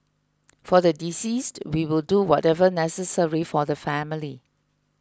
for the deceased we will do whatever necessary for the family